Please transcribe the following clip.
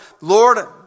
Lord